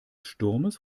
sturmes